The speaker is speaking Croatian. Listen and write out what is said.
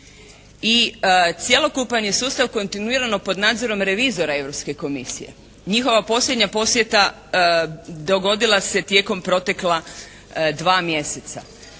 I cjelokupan je sustav kontinuirano pod nadzorom revizora Europske komisije. Njihova posljednja posjeta dogodila se tijekom protekla dva mjeseca.